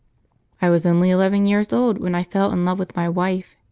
i was only eleven years old when i fell in love with my wife,